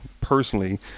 personally